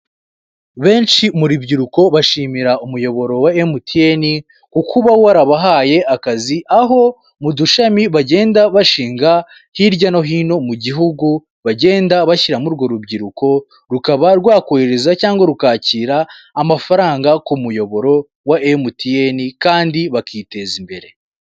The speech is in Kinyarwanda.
Benshi mu rubyiruko bashimira umuyoboro wa emutiyene kukuba warabahaye akazi, aho mu dushami bagenda bashinga hirya no hino mu gihugu bagenda bashyiramo urwo rubyiruko, rukaba rwakohereza cyangwa rukakira amafaranga ku muyoboro wa emutiyene kandi bakiteza imbere.